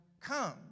come